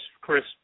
Chris